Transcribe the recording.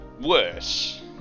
worse